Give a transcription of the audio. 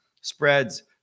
spreads